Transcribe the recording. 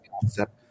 concept